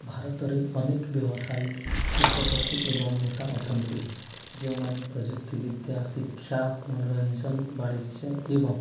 ଭାରତରେ ଅନେକ ବ୍ୟବସାୟୀ ଶିଳ୍ପପତି ଏବଂ ନେତା ଅଛନ୍ତି ଯେଉଁମାନେ ପ୍ରଯୁକ୍ତି ବିଦ୍ୟା ଶିକ୍ଷା ମନୋରଞ୍ଜନ ବାଣିଜ୍ୟ ଏବଂ